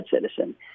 citizen